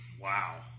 Wow